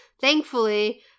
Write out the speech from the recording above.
thankfully